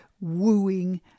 wooing